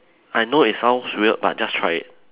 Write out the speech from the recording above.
I know it sounds weird but just try it